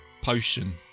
potion